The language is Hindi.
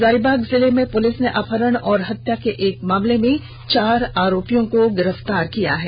हजारीबाग जिले की पुलिस ने अपहरण और हत्या के एक मामले में चार आरोपियों को गिरफ्तार किया है